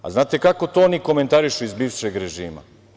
Znate kako to oni komentarišu iz bivšeg režima?